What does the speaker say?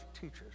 teachers